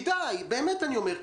באמת אני אומר,